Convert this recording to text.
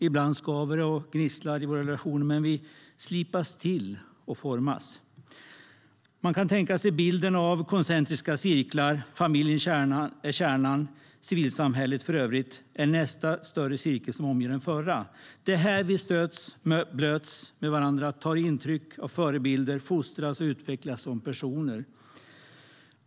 Ibland skaver det och gnisslar i våra relationer, men vi slipas till och formas. Man kan tänka sig bilden av koncentriska cirklar. Familjen är kärnan, och civilsamhället är nästa större cirkel som omger den förra. Det är här vi stöts och blöts med varandra, tar intryck av förebilder, fostras och utvecklas som personer.